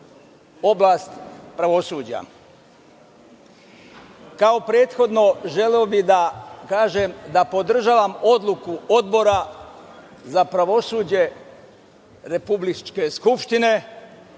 oblast pravosuđa. Kao prethodno želeo bih da kažem da podržavam odluku Odbora za pravosuđe Republičke skupštine